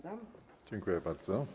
Dziękuję bardzo.